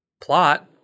plot